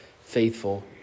faithful